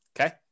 okay